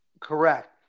Correct